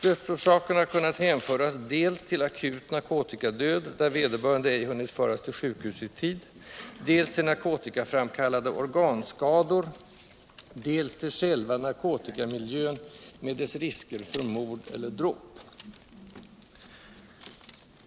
Dödsorsakerna har kunnat hänföras dels till akut narkotikadöd, där vederbörande ej hunnit föras till sjukhus i tid, dels till narkotikaframkallade organskador, dels till själva narkotikamiljön med dess risker för mord eller dråp.